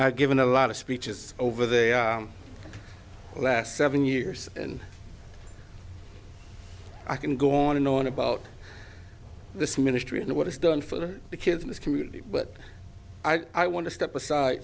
i've given a lot of speeches over the last seven years and i can go on and on about this ministry and what is done for the kids in this community but i want to step aside